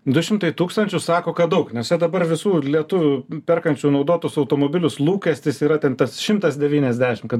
du šimtai tūkstančių sako kad daug nes čia dabar visų lietuvių perkančių naudotus automobilius lūkestis yra ten tas šimtas devyniasdešim kad